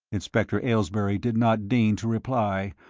inspector aylesbury did not deign to reply,